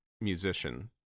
musician